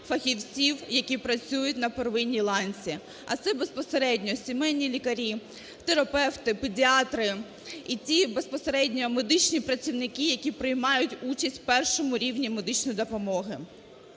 фахівців, які працюють на первинній ланці, а це безпосередньо сімейні лікарі, терапевти, педіатри і ті безпосередньо медичні працівники, які приймають участь у першому рівні медичної допомоги.